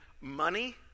money